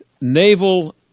naval